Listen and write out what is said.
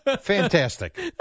fantastic